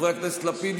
חברי הכנסת יאיר לפיד,